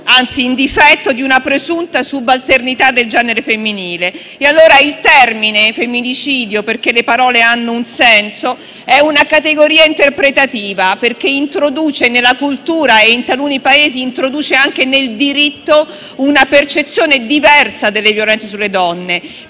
in difetto di una presunta subalternità del genere femminile. Il termine femminicidio - le parole hanno un senso - è una categoria interpretativa perché introduce nella cultura e, in taluni Paesi, anche nel diritto una percezione diversa delle violenze sulle donne.